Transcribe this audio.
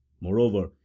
Moreover